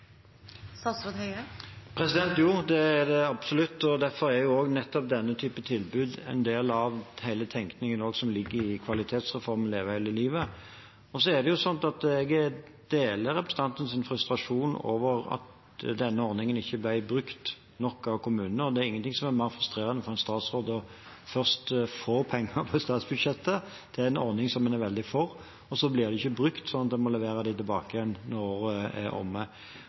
Jo, det er det absolutt. Derfor er nettopp denne type tilbud en del av hele tenkningen som ligger i kvalitetsreformen Leve hele livet. Jeg deler representantens frustrasjon over at denne ordningen ikke ble brukt nok av kommunene. Det er ingenting som er mer frustrerende for en statsråd enn først å få penger på statsbudsjettet til en ordning som man er veldig for, og så blir de ikke brukt, slik at man må levere dem tilbake igjen når året er omme.